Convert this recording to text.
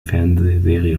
fernsehserie